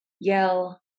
yell